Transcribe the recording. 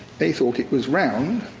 they thought it was round.